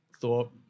thought